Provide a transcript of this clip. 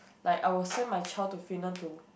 like I will send my child to Finland to